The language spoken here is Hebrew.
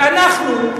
ואנחנו,